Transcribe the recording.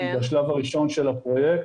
היא בשלב הראשון של הפרויקט